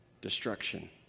destruction